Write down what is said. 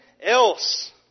else